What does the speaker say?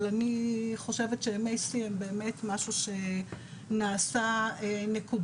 אבל אני חושבת שימי שיא הם באמת משהו שנעשה נקודתית.